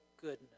goodness